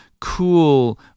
cool